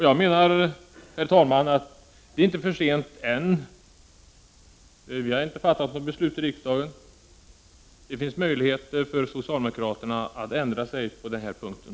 Jag menar, herr talman, att det inte är för sent än. Riksdagen har inte fattat något beslut. Det finns möjligheter för socialdemokraterna att ändra sig på den här punkten.